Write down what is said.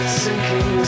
sinking